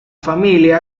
familia